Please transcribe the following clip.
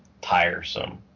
tiresome